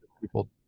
people